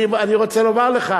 אני רוצה לומר לך,